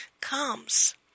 comes